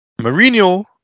Mourinho